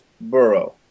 borough